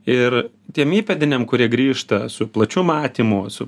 ir tiem įpėdiniam kurie grįžta su plačiu matymu su